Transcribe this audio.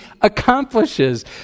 accomplishes